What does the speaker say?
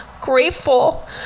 grateful